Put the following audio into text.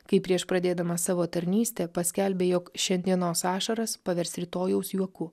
kai prieš pradėdamas savo tarnystę paskelbė jog šiandienos ašaras pavers rytojaus juoku